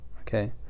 Okay